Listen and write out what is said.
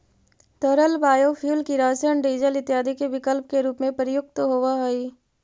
तरल बायोफ्यूल किरासन, डीजल इत्यादि के विकल्प के रूप में प्रयुक्त होवऽ हई